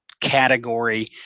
category